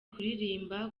kuririmba